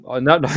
no